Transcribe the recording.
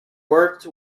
worked